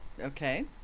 okay